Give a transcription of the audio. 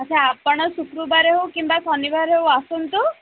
ଆଚ୍ଛା ଆପଣ ଶୁକ୍ରବାରରେ ହେଉ କିମ୍ବା ଶନିବାରରେ ହେଉ ଆସନ୍ତୁ